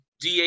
DH